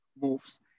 moves